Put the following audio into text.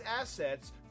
assets